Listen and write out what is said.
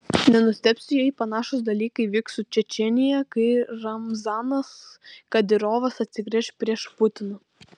nenustebsiu jei panašūs dalykai vyks su čečėnija kai ramzanas kadyrovas atsigręš prieš putiną